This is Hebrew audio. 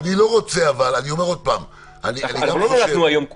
לא נולדנו היום.